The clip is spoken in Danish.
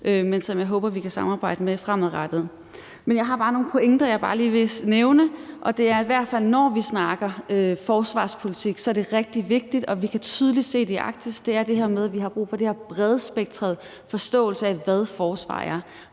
men som jeg håber vi kan samarbejde om fremadrettet. Jeg har bare nogle pointer, jeg lige vil nævne, og den første er, at i hvert fald når vi snakker forsvarspolitik, er det rigtig vigtigt, og vi kan tydeligt se det i Arktis, at vi har brug for den her bredspektrede forståelse af, hvad forsvar er.